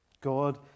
God